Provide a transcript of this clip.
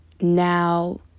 now